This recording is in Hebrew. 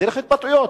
דרך התבטאויות.